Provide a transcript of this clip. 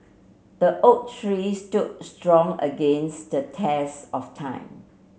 the oak tree stood strong against the test of time